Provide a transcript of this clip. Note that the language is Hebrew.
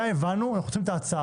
הבנו את הבעיה, אנחנו צריכים הצעה.